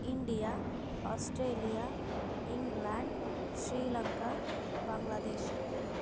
India Australia England Sri Lanka Bangladesh